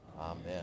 Amen